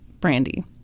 Brandy